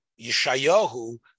Yeshayahu